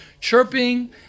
chirping